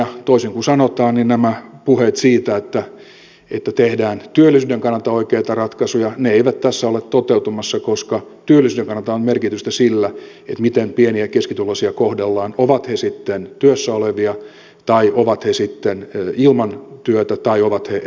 toisin kuin sanotaan nämä puheet siitä että tehdään työllisyyden kannalta oikeita ratkaisuja eivät tässä ole toteutumassa koska työllisyyden kannalta on merkitystä sillä miten pieni ja keskituloisia kohdellaan ovat he sitten työssä olevia tai ilman työtä tai eläkkeellä